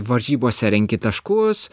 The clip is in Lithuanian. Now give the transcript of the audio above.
varžybose renki taškus